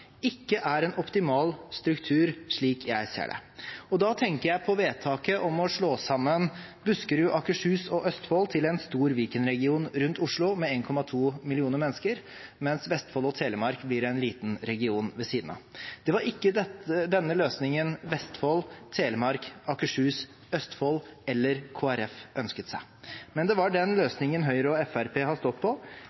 er ikke en optimal struktur, slik jeg ser det. Da tenker jeg på vedtaket om å slå sammen Buskerud, Akershus og Østfold til en stor Viken-region rundt Oslo, med 1,2 millioner mennesker, mens Vestfold og Telemark blir en liten region ved siden av. Det var ikke denne løsningen Vestfold, Telemark, Akershus, Østfold eller Kristelig Folkeparti ønsket seg, men det var den